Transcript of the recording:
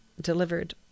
delivered